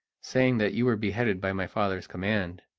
saying that you were beheaded by my father's command.